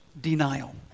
denial